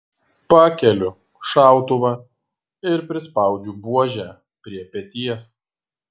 pakeliu šautuvą ir prispaudžiu buožę prie peties